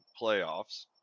playoffs